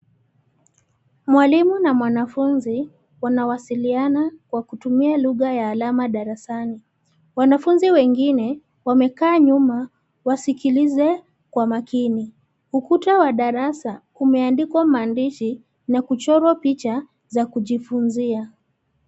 Mwalimu na wanafunzi wanawasiliana kwa kutumia lugha ya alama darasani. Wanafunzi wengine wamekaa nyuma wasikilize kwa makini. Ukuta wa darasa umeandikwa maandishi na kuchorwa picha za kujifunzia.